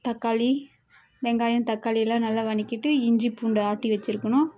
தக்காளி வெங்காயம் தக்காளியெலாம் நல்லா வதக்கிட்டு இஞ்சி பூண்டு ஆட்டி வச்சுருக்கணும்